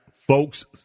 Folks